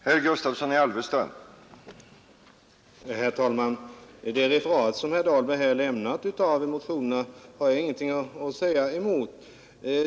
Herr talman! Det referat som herr Dahlberg här gjort av motionerna har jag ingen invändning emot.